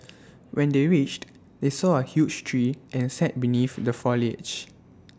when they reached they saw A huge tree and sat beneath the foliage